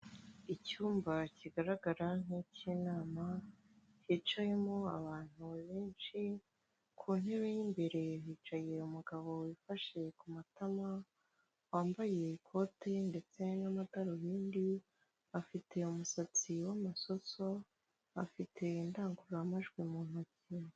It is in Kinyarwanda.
Icyumba kigaragara nk'icy'inama hicayemo abantu benshi; ku ntebe y'imbere hicaye umugabo wifashe ku matama wambaye ikote ndetse n'amadarubindi, afite umusatsi w'amasoso, afite indangururamajwi mu ntoki.